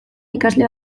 ikasle